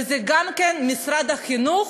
וזה גם משרד החינוך,